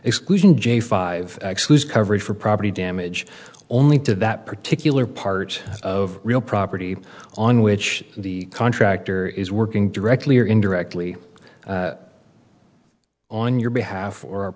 exclusion j five coverage for property damage only to that particular part of real property on which the contractor is working directly or indirectly on your behalf or